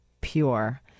pure